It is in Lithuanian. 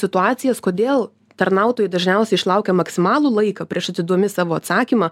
situacijas kodėl tarnautojai dažniausiai išlaukia maksimalų laiką prieš atiduodami savo atsakymą